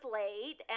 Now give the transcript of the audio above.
late